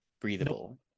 breathable